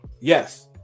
yes